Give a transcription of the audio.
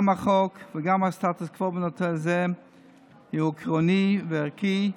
גם החוק וגם הסטטוס קוו בנושא זה הוא עקרוני וערכי,